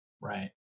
right